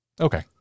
Okay